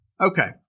Okay